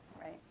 right